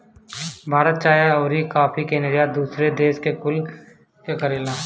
भारत चाय अउरी काफी के निर्यात दूसरी देश कुल के करेला